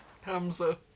Hamza